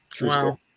wow